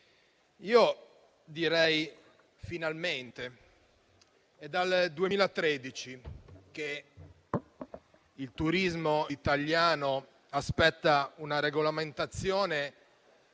signor Ministro, è dal 2013 che il turismo italiano aspetta una regolamentazione